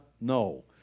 no